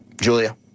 Julia